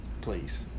please